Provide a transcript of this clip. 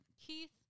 Keith